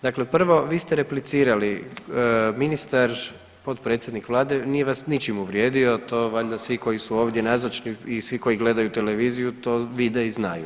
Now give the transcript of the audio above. Dakle prvo, vi ste replicirali, ministar, potpredsjednik Vlade nije vas ničim uvrijedio, to valjda svi koji su ovdje nazočni i svi koj gledaju televiziju to vide i znaju.